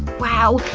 wow!